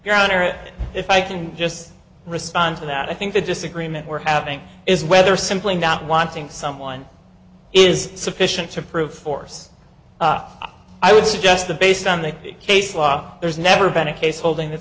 your honor if i can just respond to that i think the disagreement we're having is whether simply not wanting someone is sufficient to prove force i would suggest the based on the case law there's never been a case holding that